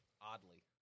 Oddly